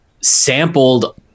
sampled